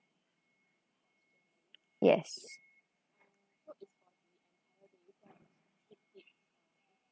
yes